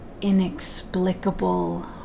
inexplicable